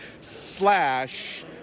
slash